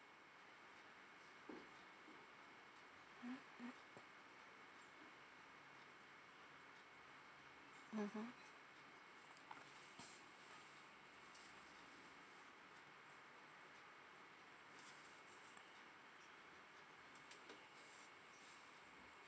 mmhmm